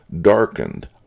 darkened